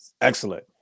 excellent